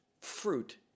fruit